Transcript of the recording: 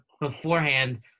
beforehand